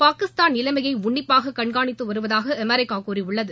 பாகிஸ்தான் நிலைமையை உன்னிப்பாக கண்காணித்து வருவதாக அமெரிக்கா கூறியுள்ளது